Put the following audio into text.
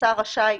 השר רשאי,